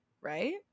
right